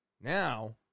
Now